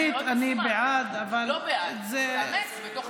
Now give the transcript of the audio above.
עקרונית אני בעד, אבל זה, לא בעד, צריך לאמץ בתוך